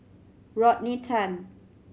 Rodney Tan